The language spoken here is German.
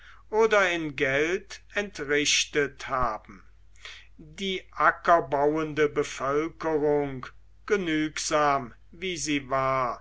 oder in geld entrichtet haben die ackerbauende bevölkerung genügsam wie sie war